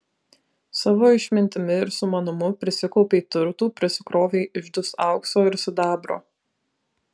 savo išmintimi ir sumanumu prisikaupei turtų prisikrovei iždus aukso ir sidabro